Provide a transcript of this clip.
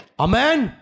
Amen